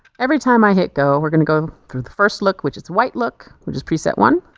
every time i hit go we're going to go through the first look which is white look which is preset one.